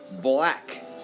black